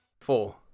Four